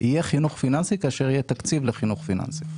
יהיה חינוך פיננסי כאשר יהיה תקציב לחינוך פיננסי.